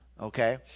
okay